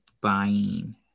buying